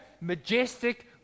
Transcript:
majestic